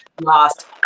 lost